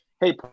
Hey